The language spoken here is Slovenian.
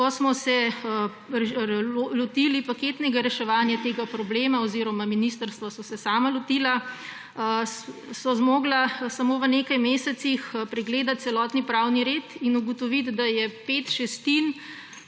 Ko smo se lotili paketnega reševanja tega problema oziroma ministrstva so se sama lotila, so zmogla samo v nekaj mesecih pregledati celotni pravni red in ugotoviti, da pet šestin